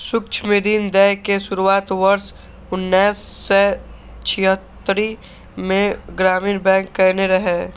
सूक्ष्म ऋण दै के शुरुआत वर्ष उन्नैस सय छिहत्तरि मे ग्रामीण बैंक कयने रहै